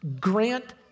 grant